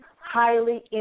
highly